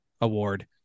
award